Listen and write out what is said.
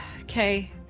okay